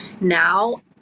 now